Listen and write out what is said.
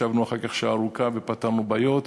ישבנו אחר כך שעה ארוכה ופתרנו בעיות.